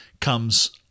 comes